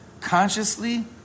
consciously